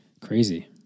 Crazy